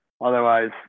Otherwise